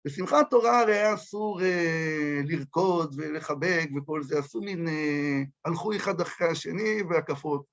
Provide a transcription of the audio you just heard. בשמחת תורה הרי אסור לרקוד ולחבק וכל זה, הסונים הלכו אחד אחרי השני והקפות.